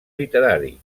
literari